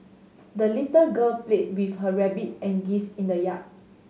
the little girl played with her rabbit and geese in the yard